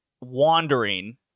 wandering